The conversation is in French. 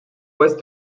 ouest